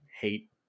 hate